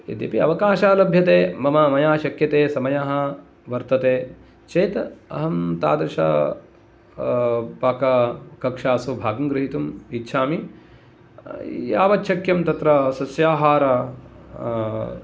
यद्यपि अवकाशः लभ्यते मम मया शक्यते समयः वर्तते चेत् अहं तादृश पाक कक्षासु भागं गृहीतुम् इच्छामि यावत्शक्यं तत्र सस्याहार